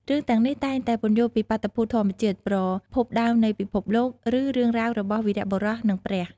រឿងទាំងនេះតែងតែពន្យល់ពីបាតុភូតធម្មជាតិ ប្រភពដើមនៃពិភពលោក ឬរឿងរ៉ាវរបស់វីរបុរស និងព្រះ។